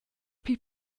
pli